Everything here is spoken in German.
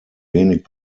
wenig